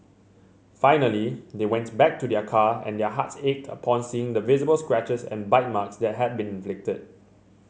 finally they went back to their car and their hearts ached upon seeing the visible scratches and bite marks that had been inflicted